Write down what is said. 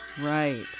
Right